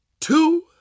two